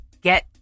Get